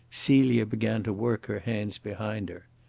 celia began to work her hands behind her.